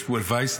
שמואל וייס,